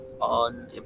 on